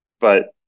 But-